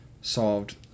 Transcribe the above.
solved